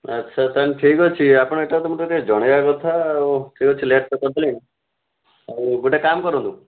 ଆଚ୍ଛା ତା'ହେଲେ ଠିକ୍ ଅଛି ଆପଣ ମୋତେ ଜଣାଇବା କଥା ଆଉ ଠିକ୍ ଅଛି ଲେଟ୍ ଆଉ ଗୋଟେ କାମ କରନ୍ତୁ